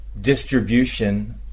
distribution